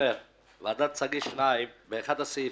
ועדת סגיס 2 באחד הסעיפים,